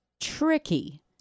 tricky